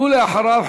אחריו,